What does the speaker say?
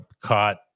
caught